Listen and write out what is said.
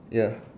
ya